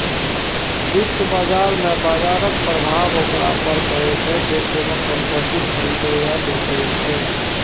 वित्त बाजार मे बाजरक प्रभाव ओकरा पर पड़ै छै, जे कोनो संपत्ति खरीदै या बेचै छै